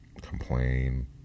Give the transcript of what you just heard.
complain